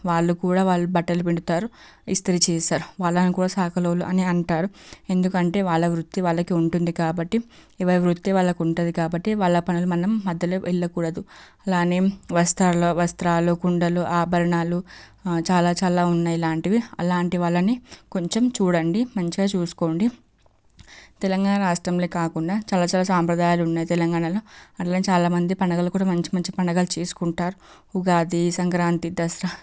వాళ్ళు కూడా వాళ్ళు బట్టలు పిండుతారు ఇస్త్రీ చేస్తారు వాళ్ళని కూడా చాకలోళ్ళు అని అంటారు ఎందుకంటే వాళ్ళ వృత్తి వాళ్ళకి ఉంటుంది కాబట్టి ఎవరి వృత్తి వాళ్ళకి ఉంటుంది కాబట్టి వాళ్ళ పనిలో మనం మధ్యలో వెళ్ళకూడదు అలాగే వస్త్రాలు వస్త్రాలు కుండలు ఆభరణాలు చాలా చాలా ఉన్నాయి ఇలాంటివి అలాంటి వాళ్ళని కొంచెం చూడండి మంచిగా చూసుకోండి తెలంగాణ రాష్ట్రంలోనే కాకుండా చాలా చాలా సాంప్రదాయాలు ఉన్నాయి తెలంగాణలో అలాగే చాలామంది పండగలు కూడా మంచి మంచి పండగలు చేసుకుంటారు ఉగాది సంక్రాంతి దసరా